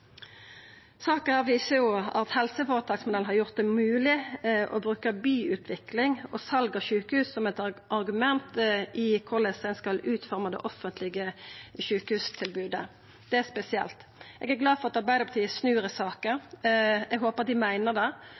at helseføretaksmodellen har gjort det mogleg å bruka byutvikling og sal av sjukehus som eit argument i korleis ein skal utforma det offentlege sjukehustilbodet. Det er spesielt. Eg er glad for at Arbeidarpartiet snur i saka. Eg håpar at dei meiner det,